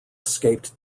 escaped